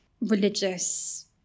religious